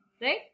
right